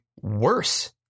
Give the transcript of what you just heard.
worse